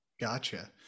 Gotcha